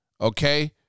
okay